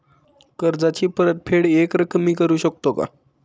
कर्जाची परतफेड एकरकमी करू शकतो का?